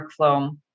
workflow